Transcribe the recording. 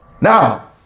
Now